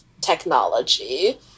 technology